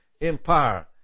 Empire